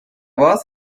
was